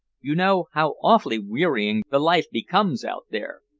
you know how awfully wearying the life becomes out there.